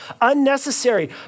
Unnecessary